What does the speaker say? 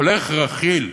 הולך רכיל,